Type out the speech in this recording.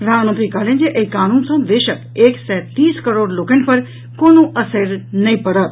प्रधानमंत्री कहलनि जे एहि कानून सॅ देशक एक सय तीस करोड़ लोकनि पर कोनो असरि नहि पड़त